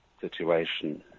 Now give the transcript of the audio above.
situation